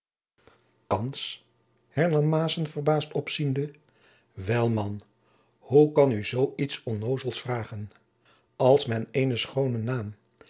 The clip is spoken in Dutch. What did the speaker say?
verbaasd opziende wel man hoe kan oe zoo iets onnozels vraôgen als men eenen schoonen naam